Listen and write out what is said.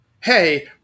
Hey